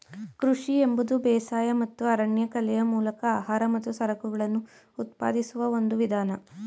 ಕೃಷಿ ಎಂಬುದು ಬೇಸಾಯ ಮತ್ತು ಅರಣ್ಯಕಲೆಯ ಮೂಲಕ ಆಹಾರ ಮತ್ತು ಸರಕುಗಳನ್ನು ಉತ್ಪಾದಿಸುವ ಒಂದು ವಿಧಾನ